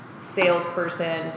Salesperson